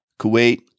Kuwait